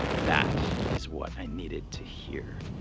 that is what i needed to hear.